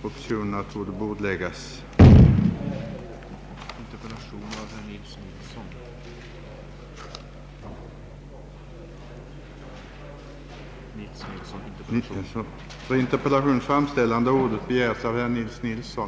få ställa följande fråga: Finns skäl för att lag inom kyrkans område, som uppenbart ej står i samklang med tidens ekumeniska tänkande, kvarstår i vår lagstiftning?